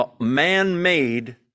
man-made